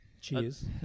Cheers